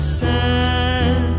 sad